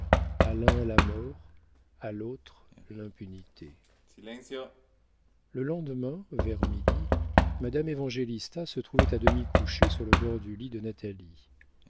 l'un la mort à l'autre l'impunité le lendemain vers midi madame évangélista se trouvait à demi couchée sur le bord du lit de natalie